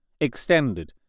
extended